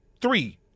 three